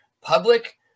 Public